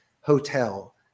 hotel